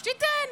שתיתן.